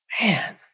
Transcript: Man